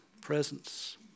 presence